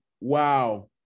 wow